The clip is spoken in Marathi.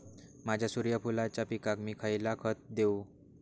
माझ्या सूर्यफुलाच्या पिकाक मी खयला खत देवू?